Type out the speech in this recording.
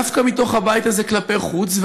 דווקא מתוך הבית הזה כלפי חוץ,